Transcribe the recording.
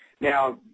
Now